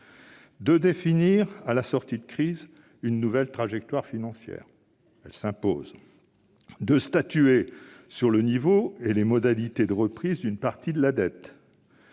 de définir, à la sortie de la crise, la nouvelle trajectoire financière qui s'impose, de statuer sur le niveau et les modalités de reprise d'une partie de la dette